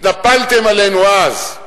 התנפלתם עלינו אז.